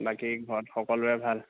বাকী ঘৰত সকলোৰে ভাল